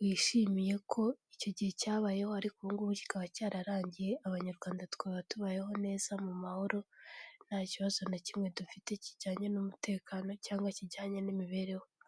wishimiye ko icyo gihe cyabayeho ariko ubu ngubu kikaba cyararangiye abanyarwanda tukaba tubayeho neza mu mahoro, nta kibazo na kimwe dufite kijyanye n'umutekano cyanga kijyanye n'imibereho.